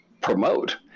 promote